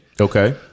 Okay